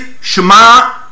Shema